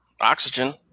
oxygen